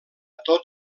tot